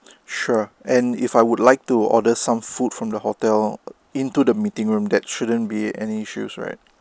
sure and if I would like to order some food from the hotel into the meeting room that shouldn't be any issues right